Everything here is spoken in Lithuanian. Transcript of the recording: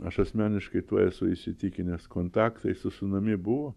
aš asmeniškai tuo esu įsitikinęs kontaktai su sūnumi buvo